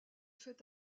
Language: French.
fait